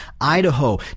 Idaho